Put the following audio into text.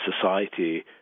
society